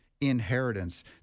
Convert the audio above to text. inheritance